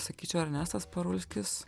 sakyčiau ernestas parulskis